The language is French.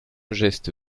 geste